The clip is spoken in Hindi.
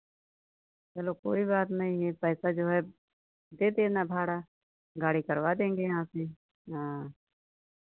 चलो कोई बात नहीं है पैसा जो है दे देना भाड़ा गाड़ी करवा देंगे यहाँ से हाँ